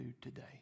today